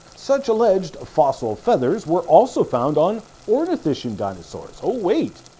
such alleged fossil feathers were also found on ornithischian dinosaurs. oh wait,